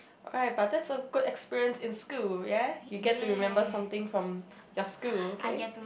alright but that's a good experience in school ya you get to remember something from your school okay